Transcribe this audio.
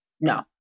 No